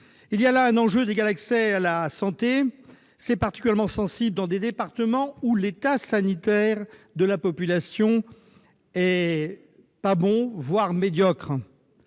Il y a là un enjeu d'égal accès à la santé ; c'est particulièrement sensible dans des départements où l'état sanitaire de la population est médiocre, voire mauvais.